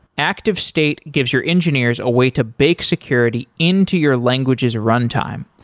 activestate gives your engineers a way to bake security into your language's runtime.